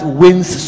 wins